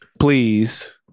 Please